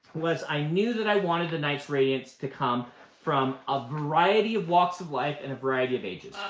was i knew that i wanted the knights radiant to come from a variety of walks of life and a variety of ages.